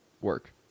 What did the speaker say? work